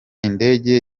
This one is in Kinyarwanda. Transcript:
indege